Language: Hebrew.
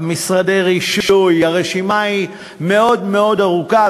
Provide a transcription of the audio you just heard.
משרד הרישוי, הרשימה היא מאוד מאוד ארוכה.